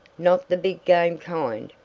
not the big-game kind.